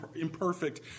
imperfect